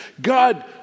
God